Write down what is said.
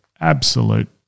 absolute